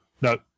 No